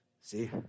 See